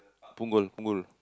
Punggol Punggol